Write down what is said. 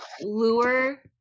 lure